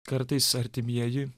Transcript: kartais artimieji